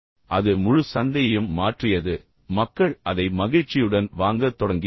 எனவே அது முழு சந்தையையும் மாற்றியது பின்னர் மக்கள் அதை மகிழ்ச்சியுடன் வாங்கத் தொடங்கினர்